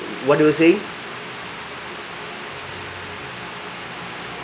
what do you say